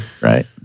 right